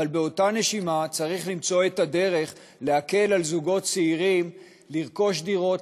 אבל באותה נשימה צריך למצוא את הדרך להקל על זוגות צעירים לרכוש דירות,